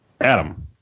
Adam